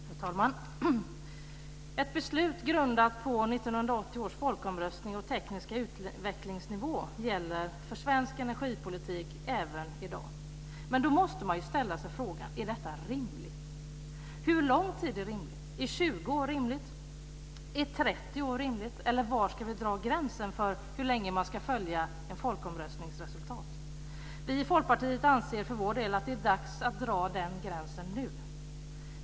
Herr talman! Ett beslut grundat på 1980 års folkomröstning och tekniska utvecklingsnivå gäller för svensk energipolitik även i dag. Men då måste man ställa sig frågan: Är detta rimligt? Hur lång tid är rimligt? Är 20 år rimligt, 30 år eller var ska vi dra gränsen för hur länge man ska följa ett folkomröstningsresultat? Vi i Folkpartiet anser för vår del att det är dags att dra den gränsen nu.